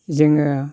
जोङो